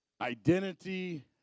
Identity